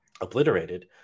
obliterated